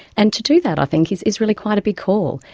and to do that, i think, is is really quite a big call.